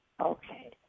Okay